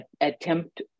attempt